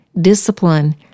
discipline